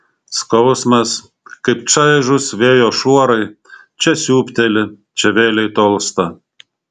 skausmas kaip čaižūs vėjo šuorai čia siūbteli čia vėlei tolsta